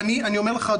אני אומר לך,